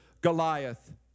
Goliath